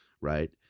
right